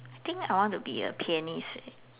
I think I want to be a pianist